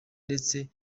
ndetse